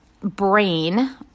brain